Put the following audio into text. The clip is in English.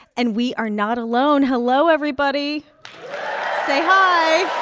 and we are not alone. hello, everybody say hi